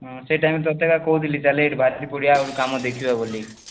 ହୁଁ ସେ ଟାଇମ୍ରେ ତୋତେକା କହୁଥିଲି ଚାଲେ ଏଠୁ ଭାରି ପଡ଼ିବା ଆଉ କାମ ଦେଖିବା ବୋଲି